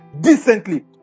decently